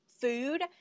food